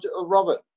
Robert